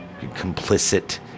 complicit